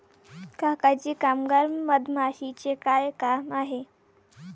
काका जी कामगार मधमाशीचे काय काम आहे